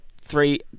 three